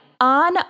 on